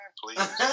please